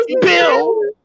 Bill